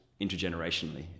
intergenerationally